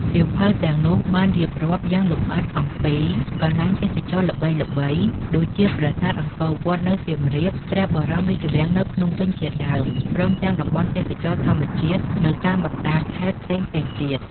សៀវភៅទាំងនោះបានរៀបរាប់យ៉ាងលម្អិតអំពី កន្លែងទេសចរណ៍ល្បីៗ ដូចជាប្រាសាទអង្គរវត្តនៅសៀមរាប ព្រះបរមរាជវាំងនៅភ្នំពេញជាដើម ព្រមទាំងតំបន់ទេសចរណ៍ធម្មជាតិនៅតាមបណ្ដាខេត្តផ្សេងៗទៀត។